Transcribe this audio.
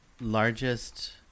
largest